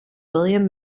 william